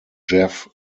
jeff